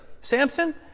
Samson